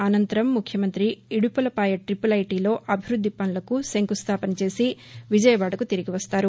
అనంతరం ఆయన ఇడుపులపాయ టీపుల్ ఐటీలో అభివృద్ది పనులకు శంకుస్దాపన చేసి విజయవాడకు తిరిగి వస్తారు